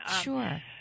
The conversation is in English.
Sure